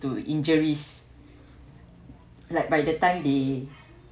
to injuries like by the time they